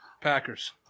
Packers